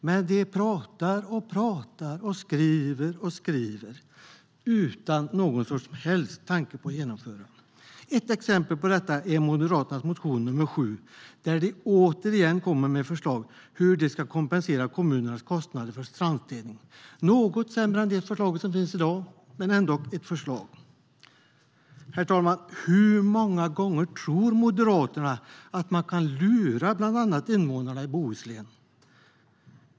Men de bara pratar och pratar och skriver och skriver utan någon som helst tanke på att genomföra det. Ett exempel på detta är Moderaternas motion nr 7 där de återigen kommer med förslag på hur de ska kompensera kommunernas kostnader för strandstädning. Det är något sämre än det förslag som finns i dag, men det är ändock ett förslag. Herr talman! Hur många gånger tror Moderaterna att man kan lura bland andra invånarna i Bohuslän?